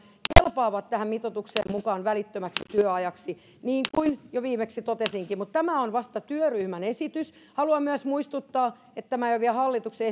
kelpaavat tähän mitoitukseen mukaan välittömäksi työajaksi niin kuin jo viimeksi totesinkin mutta tämä on vasta työryhmän esitys haluan myös muistuttaa että tämä ei ole vielä hallituksen